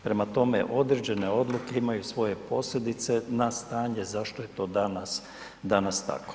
Prema tome, određene odluke imaju svoje posljedice na stanje zašto je to danas, danas tako.